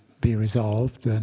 be resolved. and